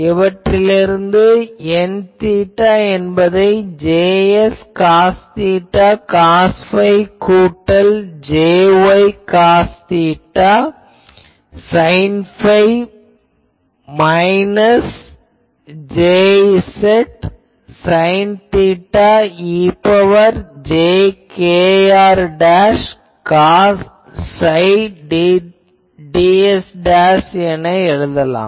இவற்றிலிருந்து Nθ என்பதை Jx cos theta cos phi கூட்டல் Jy cos theta sine phi minus Jz sine theta e ன் power j kr cos psi ds என எழுதலாம்